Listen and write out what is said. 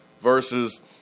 versus